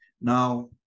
Now